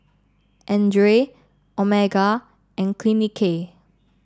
Andre Omega and Clinique